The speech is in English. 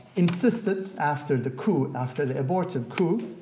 insisted after the coup, after the aborted coup,